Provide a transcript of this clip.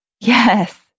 Yes